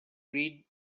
read